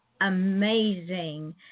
amazing